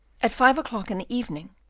at five o'clock in the evening,